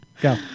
Go